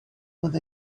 with